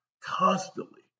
constantly